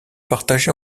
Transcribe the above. partagé